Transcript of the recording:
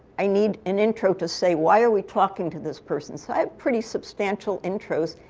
i need an intro to say, why are we talking to this person. so i have pretty substantial intros,